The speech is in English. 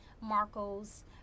Marcos